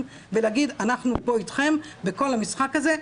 ולהגיד 'אנחנו פה אתכם' וכל המשחק הזה,